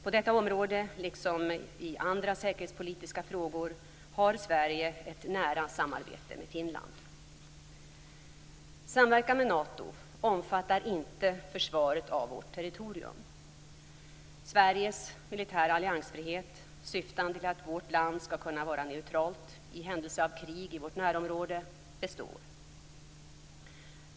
På detta område, liksom i andra säkerhetspolitiska frågor, har Sverige ett nära samarbete med Finland. Samverkan med Nato omfattar inte försvaret av vårt territorium. Sveriges militära alliansfrihet, syftande till att vårt land skall kunna vara neutralt i händelse av krig i vårt närområde, består.